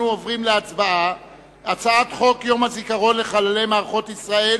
אנחנו עוברים להצבעה על הצעת חוק יום הזיכרון לחללי מערכות ישראל